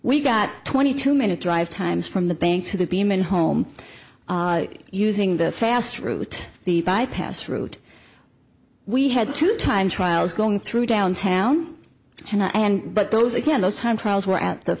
we got twenty two minute drive times from the bank to the beeman home using the fast route the bypass route we had two time trials going through downtown and i and but those again those time trials were at the